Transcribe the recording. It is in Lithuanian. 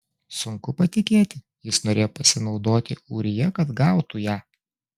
sunku patikėti jis norėjo pasinaudoti ūrija kad gautų ją